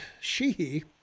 Sheehy